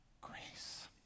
grace